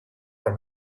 from